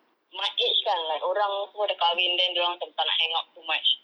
my age kan like orang semua dah kahwin then dia orang macam tak nak hang out so much